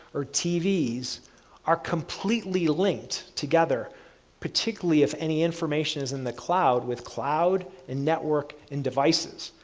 or tvs are completely linked together particularly, if any information is in the cloud with cloud, and network, and devices.